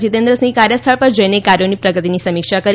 જીતેન્દ્ર સિંઘ કાર્યસ્થળ પર જઇને કાર્યોની પ્રગતિની સમીક્ષા કરી